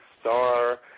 Star